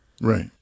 Right